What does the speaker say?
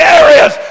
areas